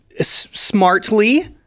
smartly